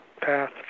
path